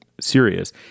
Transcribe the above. serious